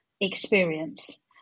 experience